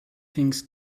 things